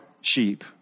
sheep